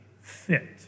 fit